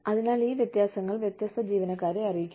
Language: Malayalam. അതിനാൽ ഈ വ്യത്യാസങ്ങൾ വ്യത്യസ്ത ജീവനക്കാരെ അറിയിക്കണം